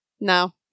no